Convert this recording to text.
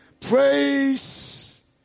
praise